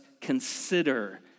consider